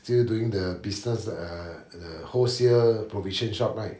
still doing the business uh the wholesale provision shop right